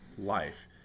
life